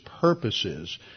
purposes